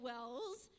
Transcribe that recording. Wells